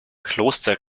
kloster